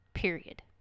period